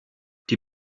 die